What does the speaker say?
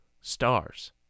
stars